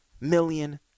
million